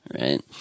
right